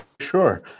sure